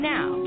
Now